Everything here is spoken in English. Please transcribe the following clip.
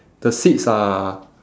the seats are